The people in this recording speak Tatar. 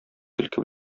көлке